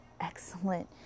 excellent